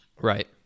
Right